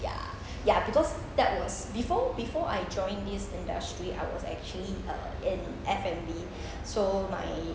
ya ya because that was before before I joined this industry I was actually in uh F&B so my